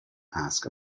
ask